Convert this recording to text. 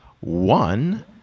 one